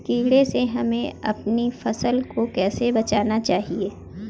कीड़े से हमें अपनी फसल को कैसे बचाना चाहिए?